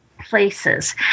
places